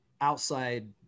outside